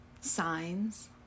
Signs